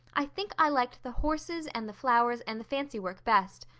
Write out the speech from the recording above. i think i liked the horses and the flowers and the fancywork best.